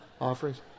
offerings